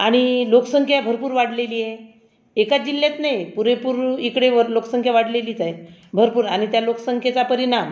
आणि लोकसंख्या भरपूर वाढलेली आहे एका जिल्ह्यात नाही पुरेपूर इकडे वर लोकसंख्या वाढलेलीच आहे भरपूर आणि त्या लोकसंख्येचा परिणाम